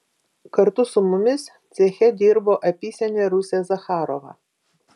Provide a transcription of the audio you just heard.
kartu su mumis ceche dirbo apysenė rusė zacharova